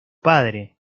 padre